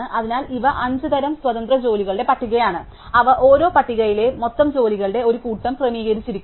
അതിനാൽ ഇവ അഞ്ച് തരം സ്വതന്ത്ര ജോലികളുടെ പട്ടികയാണ് അവ ഓരോ പട്ടികയിലെയും മൊത്തം ജോലികളുടെ ഒരു കൂട്ടം ക്രമീകരിച്ചിരിക്കുന്നു